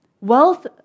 Wealth